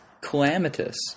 calamitous